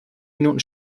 minuten